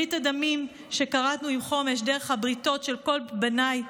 ברית הדמים שכרתנו עם חומש דרך הבריתות של כל בניי,